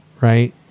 right